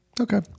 Okay